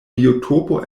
biotopo